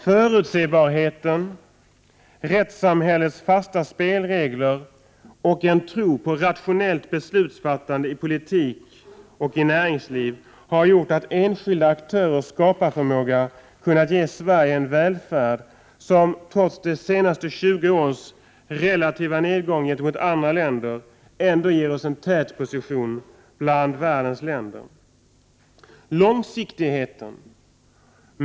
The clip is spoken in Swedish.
Förutsebarheten, rättssamhällets fasta spelregler och en tro på rationellt beslutsfattande i politik och i näringsliv har gjort att enskilda aktörers skaparförmåga kunnat ge Sverige en välfärd som — trots de senaste 20 årens relativa nedgång gentemot andra länder — ändå ger oss en tätposition bland världens länder.